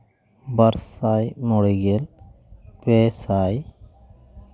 ᱵᱟᱨ ᱥᱟᱭ ᱢᱚᱬᱮ ᱜᱮᱞ ᱯᱮ ᱥᱟᱭ